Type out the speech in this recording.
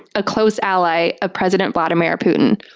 a close ally of president valdimir putin.